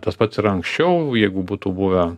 tas pats ir anksčiau jeigu būtų buvę